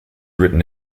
written